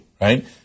right